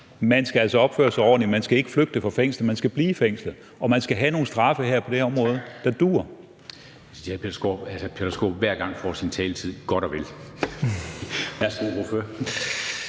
at man altså skal opføre sig ordentligt. Man skal ikke flygte fra fængslet. Man skal blive i fængslet. Og man skal have nogle straffe på det her område, der duer.